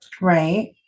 Right